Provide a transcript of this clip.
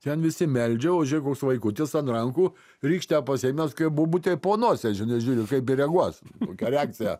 ten visi meldžia o žėk koks vaikutis an rankų rykštę pasiėmęs kaip bobutė po nosies žinai žiūri kaip reaguos kokia reakcija